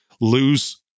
lose